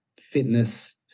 fitness